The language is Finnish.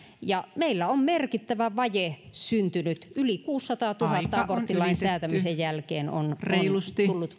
meillä on merkittävä vaje syntynyt yli kuusisataatuhatta on aborttilain säätämisen jälkeen tullut